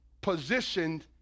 positioned